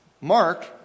Mark